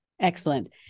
Excellent